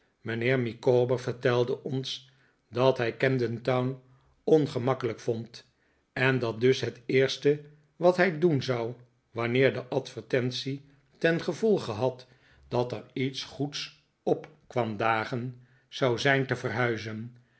mijnheer micawber vertelde ons dat hij camden town ongemakkelijk vond en dat dus het eerste wat hij doen zou wanneer de advertentie tengevolge had dat er iets goeds op kwam dagen zou zijn te verhuizen